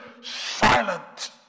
silent